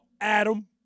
Adam